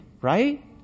right